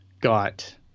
got